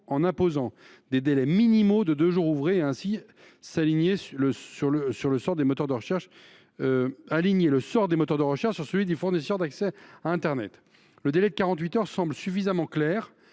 en imposant un délai minimal de deux jours ouvrés et, ainsi, à aligner le sort des moteurs de recherche sur celui des fournisseurs d’accès à internet. Le délai de quarante huit heures semble suffisamment clair